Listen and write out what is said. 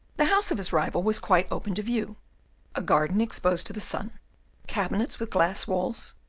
the house of his rival was quite open to view a garden exposed to the sun cabinets with glass walls,